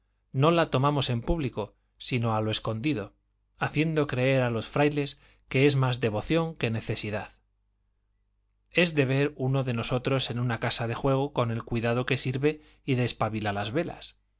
no la tomamos en público sino a lo escondido haciendo creer a los frailes que es más devoción que necesidad es de ver uno de nosotros en una casa de juego con el cuidado que sirve y despabila las velas